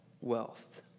wealth